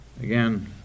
again